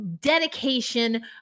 dedication